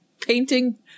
painting